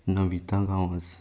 Navita Gawas